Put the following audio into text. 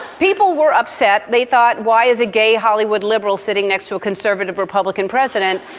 people were upset. they thought why is a gay hollywood liberal sitting next to a conservative republican president.